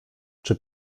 czy